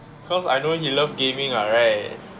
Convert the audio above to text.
cause I know he love gaming [what] right